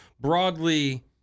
broadly